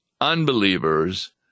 unbelievers